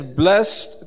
blessed